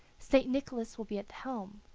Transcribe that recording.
st. nicholas will be at helm.